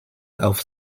auf